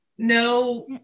No